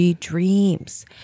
dreams